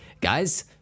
Guys